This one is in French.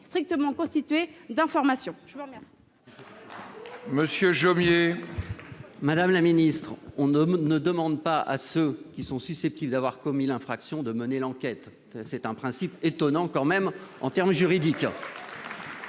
strictement constitué d'informations.